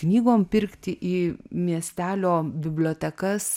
knygom pirkti į miestelio bibliotekas